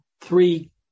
three